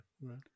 right